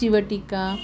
चिवटिका